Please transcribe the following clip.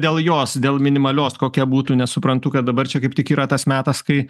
dėl jos dėl minimalios kokia būtų nes suprantu kad dabar čia kaip tik yra tas metas kai